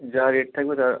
যা রেট থাকবে তার